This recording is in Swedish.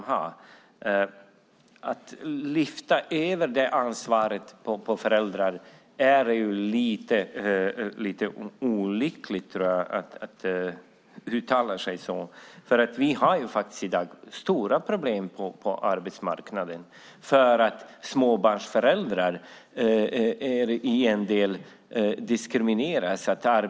Det är lite olyckligt att uttala att man vill lyfta över det ansvaret på föräldrarna. Vi har faktiskt stora problem på arbetsmarknaden för att småbarnsföräldrar diskrimineras.